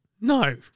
no